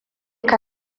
ta